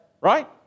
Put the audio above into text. right